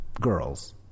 girls